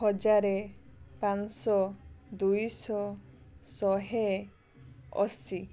ହଜାର ପାଞ୍ଚଶହ ଦୁଇଶହ ଶହେ ଅଶୀ